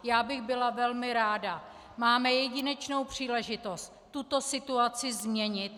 Byla bych velmi ráda, máme jedinečnou příležitost tuto situaci změnit.